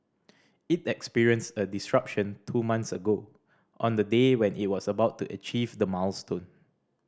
it experienced a disruption two months ago on the day when it was about to achieve the milestone